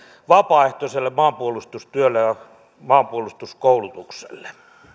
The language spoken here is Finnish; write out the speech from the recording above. vapaaehtoiselle maanpuolustustyölle ja maanpuolustuskoulutukselle